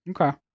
Okay